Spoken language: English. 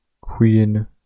Queen